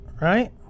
right